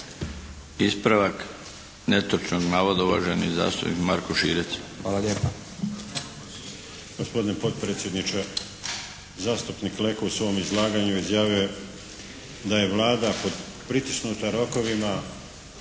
Ispravak netočnog navoda uvaženi zastupnik Marko Širac. **Širac,